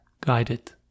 guided